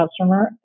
customer